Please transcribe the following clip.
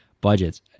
budgets